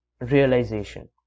realization